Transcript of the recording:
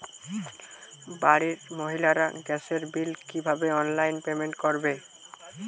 বাড়ির মহিলারা গ্যাসের বিল কি ভাবে অনলাইন পেমেন্ট করবে?